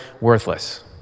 Worthless